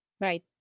Right